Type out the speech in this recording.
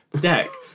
deck